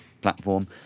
platform